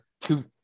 two –